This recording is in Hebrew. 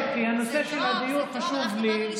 כי הנושא של הדיור חשוב לי,